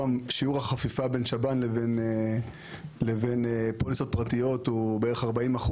החפיפה בין שב"ן לבין פוליסות פרטיות הוא בערך 40%,